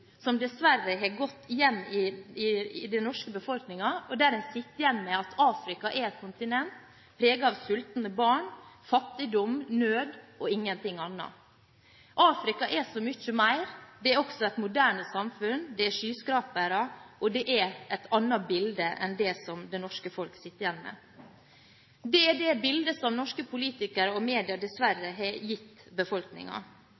som dessverre har gått hjem i den norske befolkningen. En sitter igjen med et inntrykk av at Afrika er et kontinent preget av sultne barn, fattigdom, nød og ingenting annet. Afrika er så mye mer. Det er også et moderne samfunn, det er skyskrapere – det er et annet bilde enn det som det norske folk sitter igjen med. Det er det bildet som norske politikere og